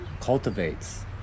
cultivates